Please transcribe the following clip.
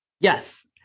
Yes